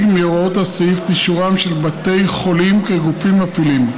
מהוראות הסעיף את אישורם של בתי חולים כגופים מפעילים.